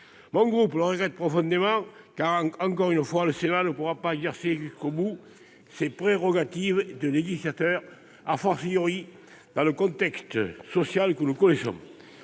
Mon groupe le regrette profondément, car, encore une fois, le Sénat ne pourra pas exercer jusqu'au bout ses prérogatives de législateur, dans le contexte social que nous connaissons.